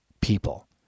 people